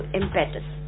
impetus